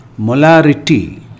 Molarity